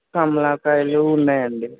కమలాకాయలు ఉన్నాయండి